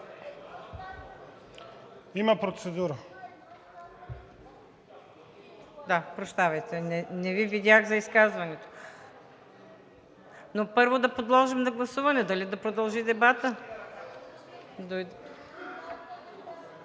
НАЛБАНТ: Да, прощавайте. Не Ви видях за изказването. Но първо да подложим на гласуване дали да продължи дебатът.